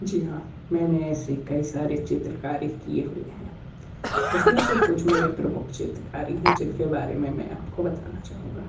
जी हाँ मैंने ऐसी कई सारी चित्रकारी की हुई हैं उसमें से कुछ मेरी प्रमुख चित्रकारी हैं जिनके बारे में मैं आपको बताना चाहूँगा